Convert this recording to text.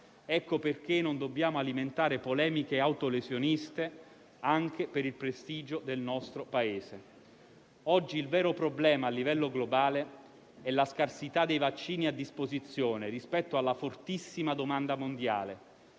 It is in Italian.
Ecco perché non dobbiamo alimentare polemiche autolesioniste anche per il prestigio del nostro Paese. Oggi il vero problema a livello globale è la scarsità dei vaccini a disposizione rispetto alla fortissima domanda mondiale.